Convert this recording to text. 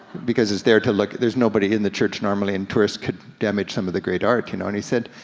because it's there to look, there's nobody in the church normally and tourists could damage some of the great art, you know, and he said,